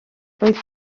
roedd